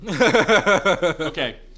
Okay